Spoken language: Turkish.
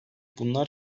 bunlar